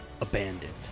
abandoned